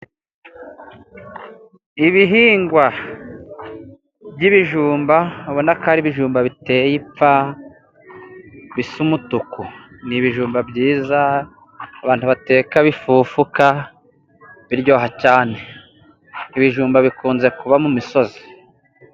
Ibihingwa by'ibijumba ubona ko ari ibijumba biteye ipfa bisu umutuku ni ibijumba byiza abantu bateka bigafufuka biryoha cyane. Ibijumba bikunze kuba mu imisozi.